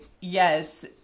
yes